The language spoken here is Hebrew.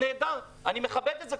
אני מכבד את זה,